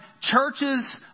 churches